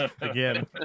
again